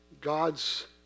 God's